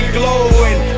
glowing